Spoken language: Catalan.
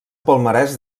palmarès